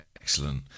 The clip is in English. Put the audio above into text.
excellent